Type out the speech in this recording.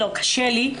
לא, קשה לי.